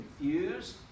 confused